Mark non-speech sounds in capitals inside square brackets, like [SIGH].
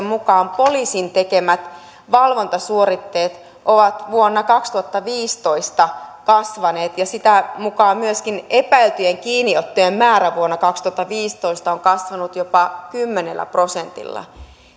[UNINTELLIGIBLE] mukaan poliisin tekemät valvontasuoritteet ovat vuonna kaksituhattaviisitoista kasvaneet ja sitä mukaa myöskin epäiltyjen kiinniottojen määrä vuonna kaksituhattaviisitoista on kasvanut jopa kymmenellä prosentilla